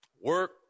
Work